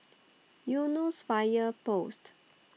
Eunos Fire Post